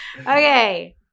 Okay